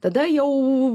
tada jau